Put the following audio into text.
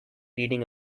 reading